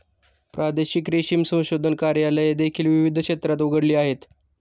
प्रादेशिक रेशीम संशोधन कार्यालये देखील विविध क्षेत्रात उघडली आहेत